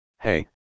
Hey